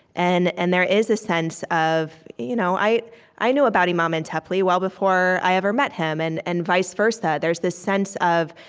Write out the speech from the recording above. and and there is a sense of you know i i knew about imam um antepli, well before i ever met him, and and vice versa. there's this sense of,